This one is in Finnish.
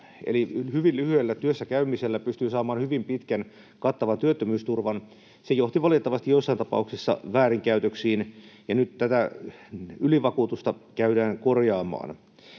eli hyvin lyhyellä työssä käymisellä pystyi saamaan hyvin pitkän, kattavan työttömyysturvan. Se johti valitettavasti joissain tapauksissa väärinkäytöksiin, ja nyt tätä ylivakuutusta käydään korjaamaan.